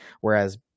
Whereas